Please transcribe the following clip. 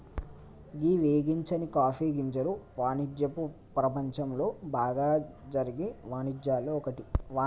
గీ వేగించని కాఫీ గింజల వానిజ్యపు ప్రపంచంలో బాగా జరిగే వానిజ్యాల్లో ఒక్కటి